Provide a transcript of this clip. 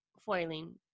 foiling